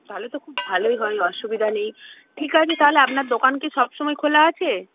তাহলে তো খুব ভালোই হয় অসুবিধা নেই ঠিক আছে তাহলে আপনার দোকান কি সবসময় খোলা আছে